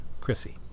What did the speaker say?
Chrissy